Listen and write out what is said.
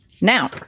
now